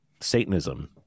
Satanism